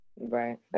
Right